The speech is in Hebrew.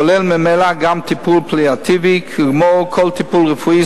כולל ממילא גם טיפול פליאטיבי כמו כל טיפול רפואי,